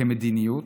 כמדיניות,